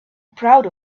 proud